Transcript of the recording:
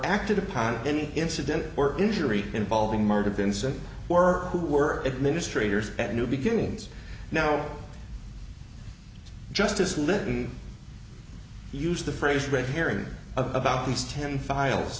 acted upon any incident or injury involving murder vincent or who were administrators at new beginnings now justice lytton used the phrase red hearing about these ten files